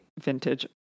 vintage